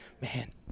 Man